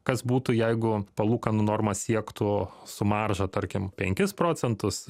kas būtų jeigu palūkanų norma siektų su marža tarkim penkis procentus